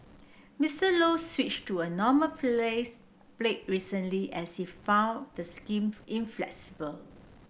Mister Low switched to a normal place recently as he found the inflexible